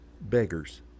beggars